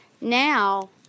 Now